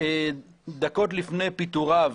דקות לפני פיטוריו